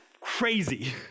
crazy